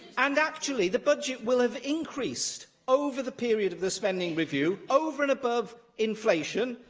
and actually the budget will have increased over the period of the spending review, over and above inflation,